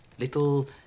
Little